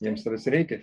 jiems tavęs reikia